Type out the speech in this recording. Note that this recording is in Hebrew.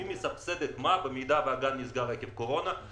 מי מסבסד את מה במידה והגן נסגר עקב קורונה,